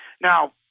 Now